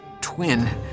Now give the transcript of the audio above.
twin